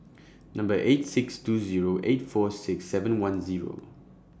Number eight six two Zero eight four six seven one Zero